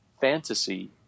fantasy